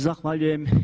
Zahvaljujem.